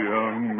Young